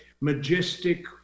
majestic